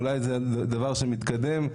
אולי זה דבר שמתקדם.